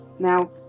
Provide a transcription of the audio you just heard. Now